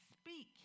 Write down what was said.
speak